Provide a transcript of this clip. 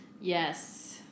Yes